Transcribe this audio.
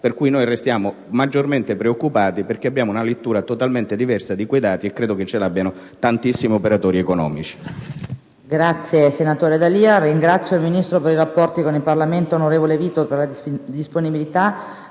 Pertanto restiamo maggiormente preoccupati, perché abbiamo una lettura totalmente diversa di quei dati, e credo che ce l'abbiano tantissimi operatori economici.